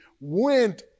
went